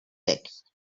fixed